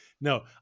No